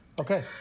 Okay